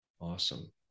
awesome